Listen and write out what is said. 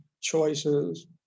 choices